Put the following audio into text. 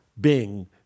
Bing